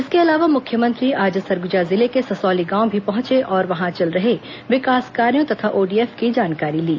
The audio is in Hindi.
इसके अलावा मुख्यमंत्री आज सरगुजा जिले के ससौली गांव भी पहुंचे और वहां चल रहे विकास कार्यो तथा ओडीएफ की जानकारी ली